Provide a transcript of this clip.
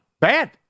bad